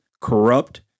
corrupt